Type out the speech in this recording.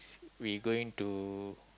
we going to